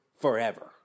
forever